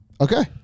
Okay